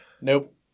Nope